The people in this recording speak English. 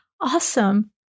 awesome